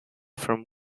from